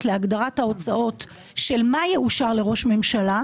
להגדרת ההוצאות של מה יאושר לראש ממשלה,